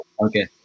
Okay